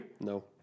No